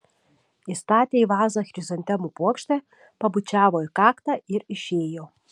įstatė į vazą chrizantemų puokštę pabučiavo į kaktą ir išėjo